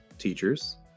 Teachers